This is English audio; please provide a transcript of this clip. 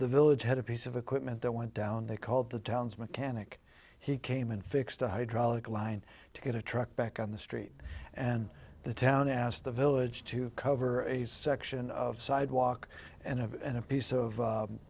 the village had a piece of equipment that went down they called the town's mechanic he came and fixed a hydraulic line to get a truck back on the street and the town asked the village to cover a section of sidewalk and a piece of